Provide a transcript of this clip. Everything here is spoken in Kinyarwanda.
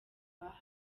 bahawe